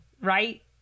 right